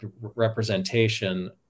representation